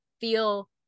feel